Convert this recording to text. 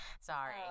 sorry